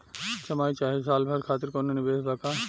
छमाही चाहे साल भर खातिर कौनों निवेश बा का?